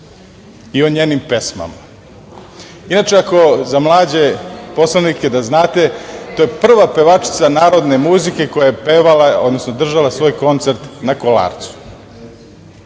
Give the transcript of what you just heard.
i o njenim pesmama. Inače, za mlađe poslanike, da znate da je to prva pevačica narodne muzike koja je pevala, odnosno držala svoj koncert na Kolarcu.